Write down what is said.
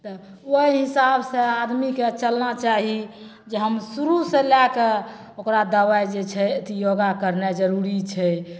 तऽ ओहि हिसाब सँ आदमीके चलना चाही जे हम शुरू से लै कऽ ओकरा दवाइ जे छै अथी योगा करनाइ जरुरी छै